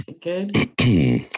Good